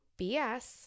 BS